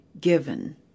given